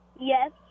Yes